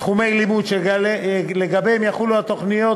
תחומי לימוד שלגביהם יחולו התוכניות